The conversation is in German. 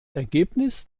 ergebnis